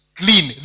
clean